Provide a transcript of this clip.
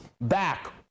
back